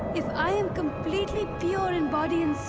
if i am completely pure in body and soul,